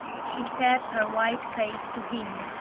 she set her white face to him,